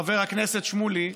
חבר הכנסת שמולי,